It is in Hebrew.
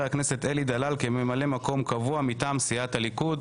הכנסת אלי דלל כממלא מקום קבוע מטעם סיעת הליכוד.